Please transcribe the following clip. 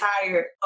tired